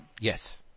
yes